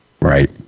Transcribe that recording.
Right